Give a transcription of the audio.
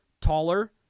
taller